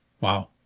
Wow